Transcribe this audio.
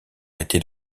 était